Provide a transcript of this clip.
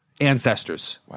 ancestors